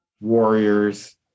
Warriors